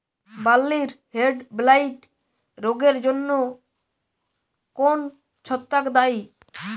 বার্লির হেডব্লাইট রোগের জন্য কোন ছত্রাক দায়ী?